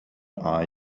are